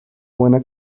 buena